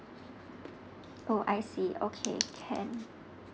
oh I see okay can